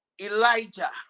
elijah